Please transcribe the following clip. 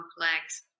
complex